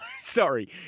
Sorry